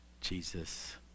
Jesus